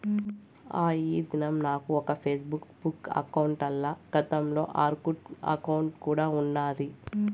ఆ, ఈ దినం నాకు ఒక ఫేస్బుక్ బుక్ అకౌంటల, గతంల ఆర్కుట్ అకౌంటు కూడా ఉన్నాది